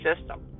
system